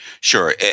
Sure